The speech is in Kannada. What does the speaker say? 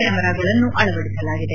ಕ್ಲಾಮೆರಾಗಳನ್ನು ಅಳವಡಿಸಲಾಗಿದೆ